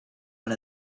one